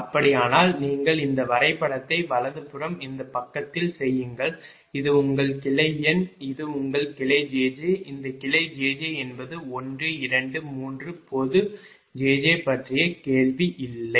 அப்படியானால் நீங்கள் இந்த வரைபடத்தை வலதுபுறம் இந்த பக்கத்தில் செய்யுங்கள் இது உங்கள் கிளை எண் இது உங்கள் கிளை jj இந்த கிளை jj என்பது 1 2 3 பொது jj பற்றிய கேள்வி இல்லை